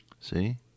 See